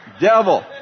Devil